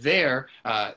their